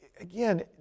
again